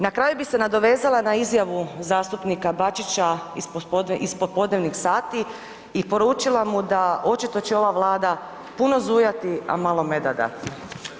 Na kraju bi se nadovezala na izjavu zastupnika Bačića iz popodnevnih sati i poručila mu a očito će ova Vlada puno zujati, a malo meda dati.